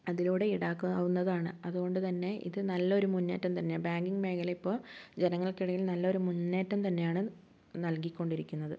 അതിലൂടെ ഈടാക്കാവുന്നതാണ് അതുകൊണ്ട് തന്നെ ഇത് നല്ലൊരു മുന്നേറ്റം തന്നെ ബാങ്കിംഗ് മേഖല ഇപ്പം ജനങ്ങൾക്കിടയിൽ നല്ലൊരു മുന്നേറ്റം തന്നെയാണ് നൽകിക്കൊണ്ടിരിക്കുന്നത്